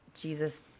Jesus